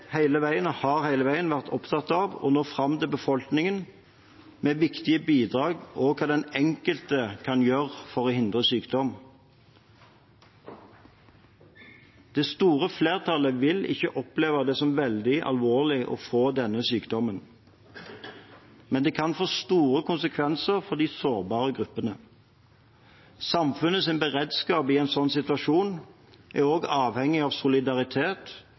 har hele veien vært opptatt av å nå fram til befolkningen med viktige bidrag om hva den enkelte kan gjøre for å hindre sykdom. Det store flertallet vil ikke oppleve det som veldig alvorlig å få denne sykdommen, men den kan få store konsekvenser for de sårbare gruppene. Samfunnets beredskap i en slik situasjon er også avhengig av solidaritet